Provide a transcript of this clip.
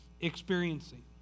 experiencing